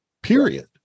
Period